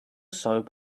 soap